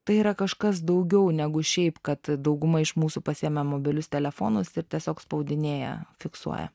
tai yra kažkas daugiau negu šiaip kad dauguma iš mūsų pasiėmę mobilius telefonus ir tiesiog spaudinėja fiksuoja